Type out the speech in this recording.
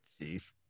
jeez